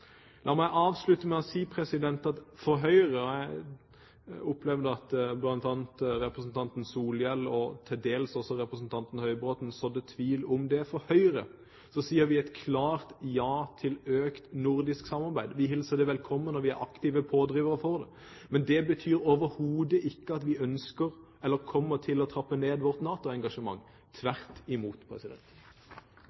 La meg avslutte med å si at fra Høyre – jeg opplevde at bl.a. representanten Solhjell og til dels også representanten Høybråten sådde tvil om det – sier vi et klart ja til økt nordisk samarbeid. Vi hilser det velkommen, og vi er aktive pådrivere for det. Men det betyr overhodet ikke at vi ønsker eller kommer til å trappe ned vårt